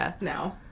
No